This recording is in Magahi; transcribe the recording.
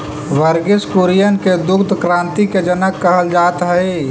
वर्गिस कुरियन के दुग्ध क्रान्ति के जनक कहल जात हई